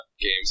games